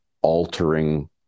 altering